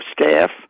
staff